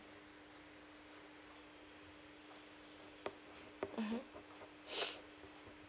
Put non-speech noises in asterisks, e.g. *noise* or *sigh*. mmhmm *noise*